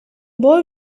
boy